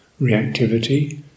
reactivity